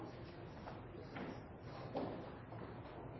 ministeren